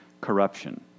corruption